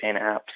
apps